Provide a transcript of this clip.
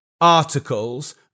articles